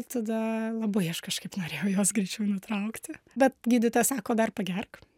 tada labai aš kažkaip norėjau juos greičiau nutraukti bet gydytoja sako dar pagerk